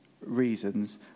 reasons